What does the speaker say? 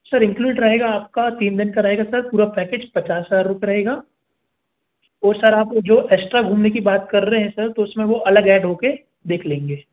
sir include रहेगा आपका तीन दिन का रहेगा सर पूरा पैकेज पचास हज़ार रूपये रहेगा और सर आप जो एस्ट्रा घूमने की बात कर रहे हैं तो सर उस में वो अलग ऐड हो के देख लेंगे